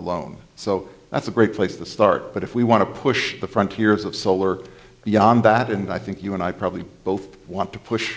alone so that's a great place to start but if we want to push the frontiers of solar beyond that and i think you and i probably both want to push